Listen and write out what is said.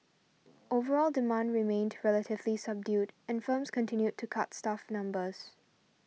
overall demand remained relatively subdued and firms continued to cut staff numbers